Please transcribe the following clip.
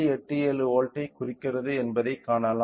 87 வோல்ட்டைக் குறிக்கிறது என்பதைக் காணலாம்